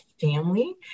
family